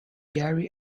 gary